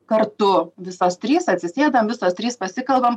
kartu visos trys atsisėdam visos trys pasikalbam